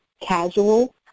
casual